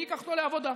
מי ייקח אותו לעבודה?